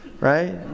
Right